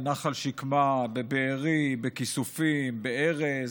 בנחל שקמה, בבארי, בכיסופים, בארז,